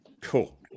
Cool